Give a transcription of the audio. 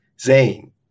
Zane